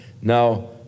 Now